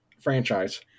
franchise